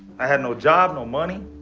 i had no job, no money.